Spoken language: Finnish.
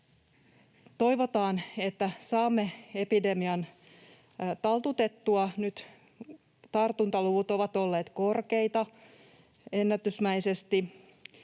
Toivotaan, että saamme epidemian taltutettua. Nyt tartuntaluvut ovat olleet korkeita ennätysmäisesti,